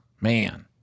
man